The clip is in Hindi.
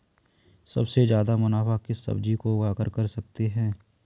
सबसे ज्यादा मुनाफा किस सब्जी को उगाकर कर सकते हैं?